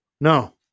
No